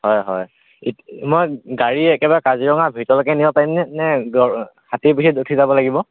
হয় হয় এত মই গাড়ী একেবাৰে কাজিৰঙাৰ ভিতৰলৈকে নিব পাৰিমনে নে হাতীৰ পিঠিত উঠি যাব লাগিব